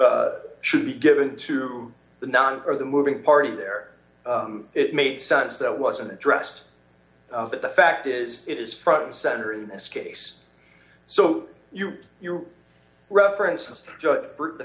is should be given to the non or the moving party there it made sense that wasn't addressed but the fact is it is front and center in this case so you your reference